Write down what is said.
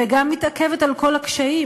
וגם מתעכבת על כל הקשיים,